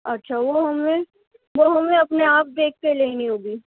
اچھا وہ ہمیں وہ ہمیں اپنے آپ دیکھ کے لینی ہوگی